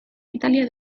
italia